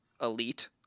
elite